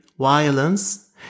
violence